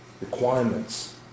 requirements